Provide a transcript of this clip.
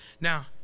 Now